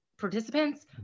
participants